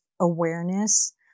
awareness